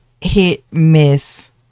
hit-miss